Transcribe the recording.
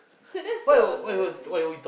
that's so embarrassing